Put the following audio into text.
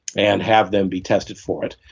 and have them be tested for it.